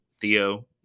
Theo